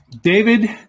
David